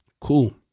Cool